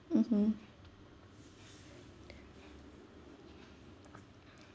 mmhmm